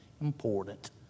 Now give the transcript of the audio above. important